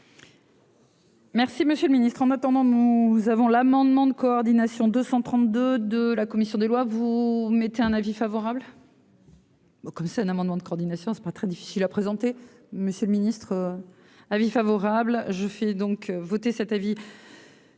Merci monsieur le ministre, en attendant, nous avons l'amendement de coordination 232 de la commission des lois, vous mettez un avis favorable. Comme c'est un amendement de coordination, c'est pas très difficile, a présenté monsieur le Ministre, avis favorable je fais donc voter cet avis.